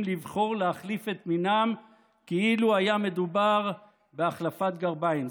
לבחור להחליף את מינם כאילו היה מדובר בהחלפת גרביים.